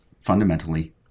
fundamentally